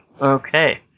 Okay